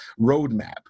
roadmap